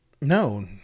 No